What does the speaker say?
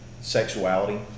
sexuality